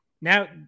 now